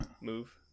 move